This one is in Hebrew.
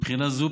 מבחינה זו,